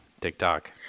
TikTok